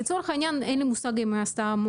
כי לצורך העניין אין לי מושג אם היא עשתה בדיקה